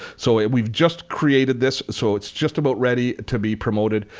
so and we've just created this so it's just about ready to be promoted.